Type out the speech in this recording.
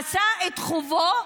עשה את חובתו,